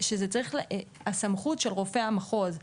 הסמכות של רופא המחוז,